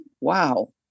wow